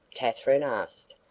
katherine asked.